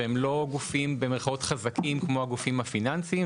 והם לא גופים "חזקים" כמו הגופים הפיננסיים,